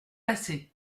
assez